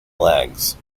legs